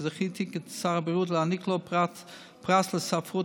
שזכיתי כשר הבריאות להעניק לו פרס לספרות,